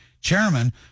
chairman